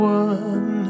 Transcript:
one